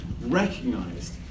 recognized